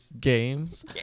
Games